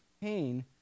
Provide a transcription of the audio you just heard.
pain